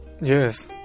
Yes